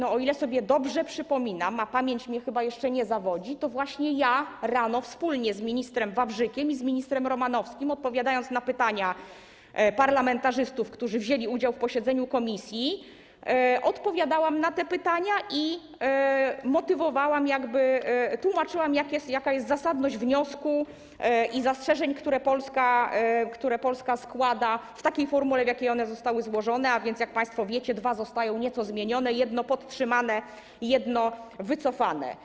O ile sobie dobrze przypominam, a pamięć mnie chyba jeszcze nie zawodzi, to właśnie ja rano wspólnie z ministrem Wawrzykiem i z ministrem Romanowskim, odpowiadając na pytania parlamentarzystów, którzy wzięli udział w posiedzeniu komisji, odpowiadałam na te pytania i motywowałam, tłumaczyłam, jaka jest zasadność wniosku i zastrzeżeń, które Polska składa w takiej formule, w jakiej one zostały złożone, a więc, jak państwo wiecie, dwa zostają nieco zmienione, jedno podtrzymane, a jedno wycofane.